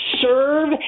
serve